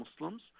Muslims